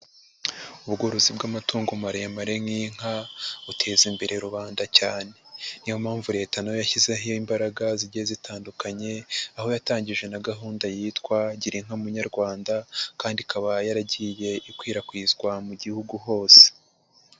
Ubworozi bw'amatungo maremare nk'inka buteza imbere rubanda cyane. Ni yo mpamvu leta na yo yashyizeho imbaraga zigiye zitandukanye, aho yatangije na gahunda yitwa Gira inka Munyarwanda kandi ikaba yaragiye ikwirakwizwa mu gihugu hose.